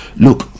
look